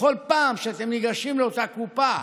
בכל פעם שאתם ניגשים לאותה קופה